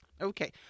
Okay